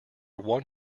one